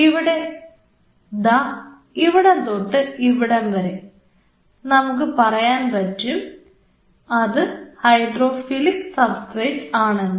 ഇവിടെ ദാ ഇവിടം തൊട്ട് ഇവിടം വരെ നമുക്ക് പറയാൻ പറ്റും അത് ഹൈഡ്രോഫിലിക് സബ്സ്ട്രേറ്റ് ആണെന്ന്